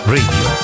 Radio